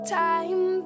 time